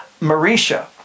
Marisha